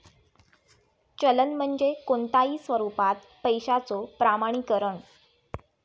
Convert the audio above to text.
चलन म्हणजे कोणताही स्वरूपात पैशाचो प्रमाणीकरण